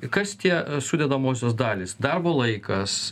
kas tie sudedamosios dalys darbo laikas